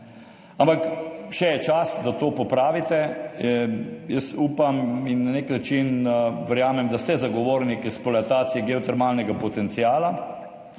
Ampak še je čas, da to popravite. Upam in na nek način verjamem, da ste zagovornik eksploatacije geotermalnega potenciala.